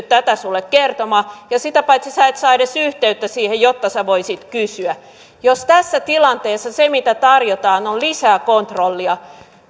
tätä sinulle kertomaan ja sitä paitsi sinä et saa edes yhteyttä siihen jotta sinä voisit kysyä jos tässä tilanteessa se mitä tarjotaan on lisää kontrollia niin